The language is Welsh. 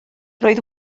roedd